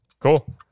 cool